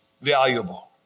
valuable